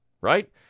right